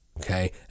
Okay